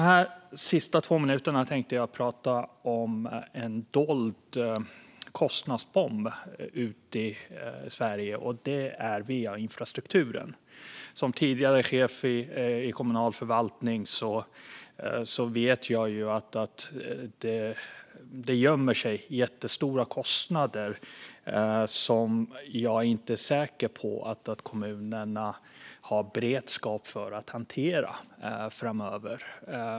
Mina sista två minuter tänkte jag ägna åt att tala om en dold kostnadsbomb i Sverige, nämligen va-infrastrukturen. Som tidigare chef i kommunal förvaltning vet jag att det gömmer sig jättestora kostnader där som jag inte är säker på att kommunerna har beredskap för att hantera framöver.